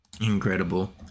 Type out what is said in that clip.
Incredible